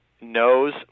knows